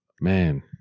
man